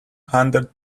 hundred